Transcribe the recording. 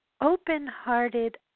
open-hearted